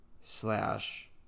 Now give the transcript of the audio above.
slash